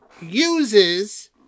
uses